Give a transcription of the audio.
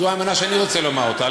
זו האמונה, ואני רוצה לומר אותה.